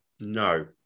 No